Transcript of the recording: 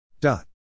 dot